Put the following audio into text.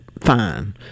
fine